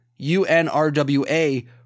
UNRWA